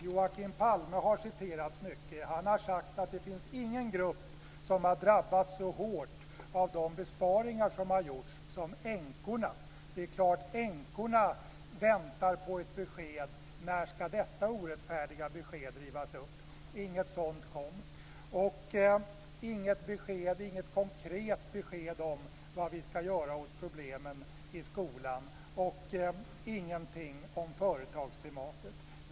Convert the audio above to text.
Joakim Palme har citerats mycket. Han har sagt att det inte finns någon grupp som har drabbats så hårt av de besparingar som har gjorts som änkorna. Det är klart att änkorna väntar på ett besked om när det här orättfärdiga beslutet ska rivas upp. Inget sådant kom. Och det kom inget konkret besked om vad vi ska göra åt problemen i skolan och ingenting om företagsklimatet.